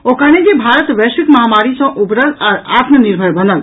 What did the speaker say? ओ कहलनि जे भारत वैश्विक महामारी सॅ उबरल आ आत्मनिर्भर बनल